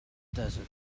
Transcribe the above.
desert